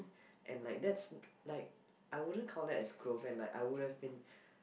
and like that's like I wouldn't count that as growth and like I would have been